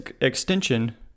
extension